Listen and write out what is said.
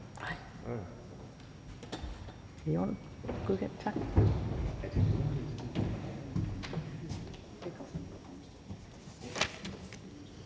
Tak